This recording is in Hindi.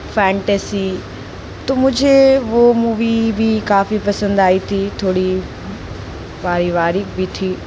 फ़ैन्टसी तो मुझे वो मूवी भी काफ़ी पसंद आई थी थोड़ी पारिवारिक भी थी